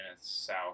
south